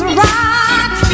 rock